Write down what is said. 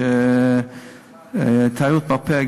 תיירות מרפא,